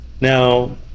Now